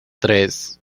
tres